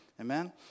Amen